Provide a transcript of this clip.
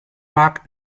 markt